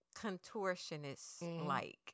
contortionist-like